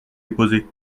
déposé